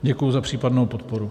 Děkuji za případnou podporu.